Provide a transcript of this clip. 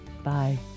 Bye